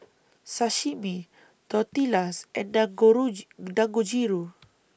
Sashimi Tortillas and Dangojiru